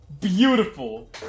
Beautiful